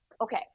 Okay